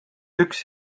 üks